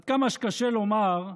עד כמה שקשה לומר,